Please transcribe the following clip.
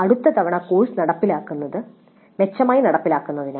അടുത്ത തവണ കോഴ്സ് നടപ്പിലാക്കുന്നത് മെച്ചപ്പെടുത്തുന്നതിന്